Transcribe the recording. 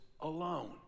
alone